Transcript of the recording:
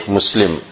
Muslim